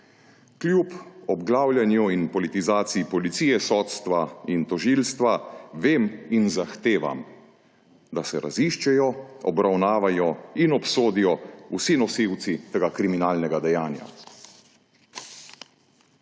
Kljub obglavljanju in politizaciji policije, sodstva in tožilstva vem in zahtevam, da se raziščejo, obravnavajo in obsodijo vsi nosilci tega kriminalnega dejanja.